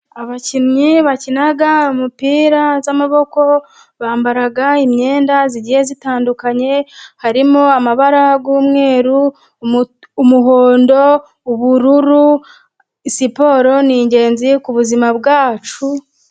Abakinnyi bakina imipira y'amaboko bambara imyenda igiye itandukanye, harimo amabara y'umweru, umuhondo, ubururu, siporo ni ingenzi ku buzima bwacu.